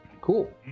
cool